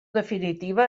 definitiva